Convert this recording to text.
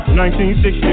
1960